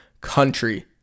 country